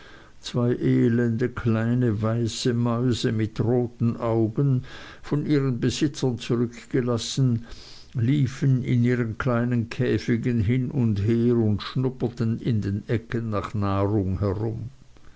zwei elende kleine weiße mäuse mit roten augen von ihren besitzern zurückgelassen liefen in ihren kleinen käfigen hin und her und schnupperten in den ecken nach nahrung herum